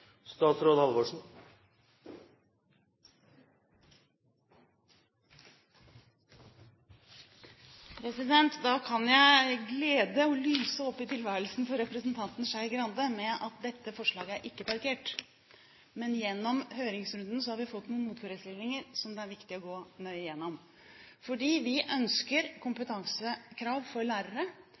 Da kan jeg glede – lyse opp i tilværelsen – representanten Skei Grande med at dette forslaget er ikke parkert. Vi ønsker kompetansekrav for lærere. Problemet gjelder ikke de nyansatte lærerne, for der har vi innført kompetansekrav, men det gjelder de lærerne som